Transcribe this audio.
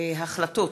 החלטת